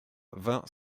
vingt